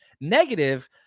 Negative